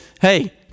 Hey